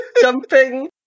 jumping